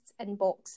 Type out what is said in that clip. inbox